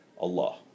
Allah